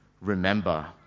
remember